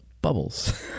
bubbles